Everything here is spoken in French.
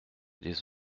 dès